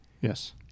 Yes